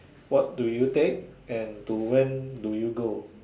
what do you take and to when do you go